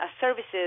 services